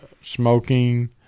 smoking